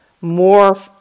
more